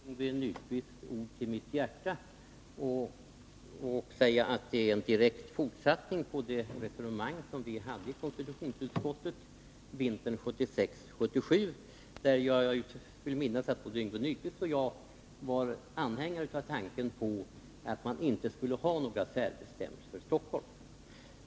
Herr talman! Jag skulle mycket väl kunna ta Yngve Nyquists ord till mitt hjärta och säga att det här är en direkt fortsättning på det resonemang som vi förde i konstitutionsutskottet vintern 1976-1977. Jag vill minnas att både Yngve Nyquist och jag då var anhängare av tanken på att man inte skulle ha några särbestämmelser för Stockholm.